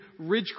Ridgecrest